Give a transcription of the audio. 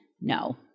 no